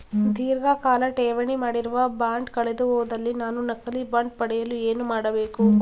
ಧೀರ್ಘಕಾಲ ಠೇವಣಿ ಮಾಡಿರುವ ಬಾಂಡ್ ಕಳೆದುಹೋದಲ್ಲಿ ನಾನು ನಕಲಿ ಬಾಂಡ್ ಪಡೆಯಲು ಏನು ಮಾಡಬೇಕು?